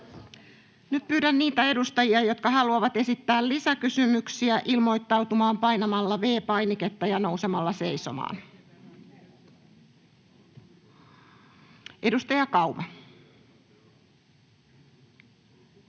Nyt pyydän niitä edustajia, jotka haluavat esittää lisäkysymyksiä, ilmoittautumaan painamalla V-painiketta ja nousemalla seisomaan. — Edustaja Kauma.